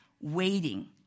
waiting